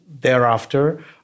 thereafter